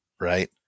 Right